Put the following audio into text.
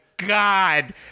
God